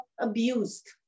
abused